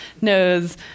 knows